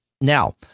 Now